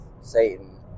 Satan